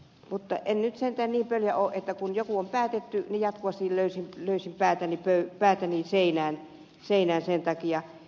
mutta en nyt sentään niin pöljä ole että kun jotakin on päätetty niin jatkuvasti löisin päätäni seinään sen takia